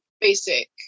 basic